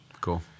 Cool